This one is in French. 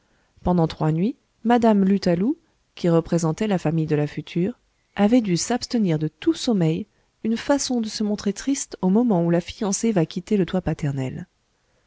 pendant trois nuits mme lutalou qui représentait la famille de la future avait dû s'abstenir de tout sommeil une façon de se montrer triste au moment où la fiancée va quitter le toit paternel